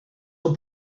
són